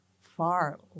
far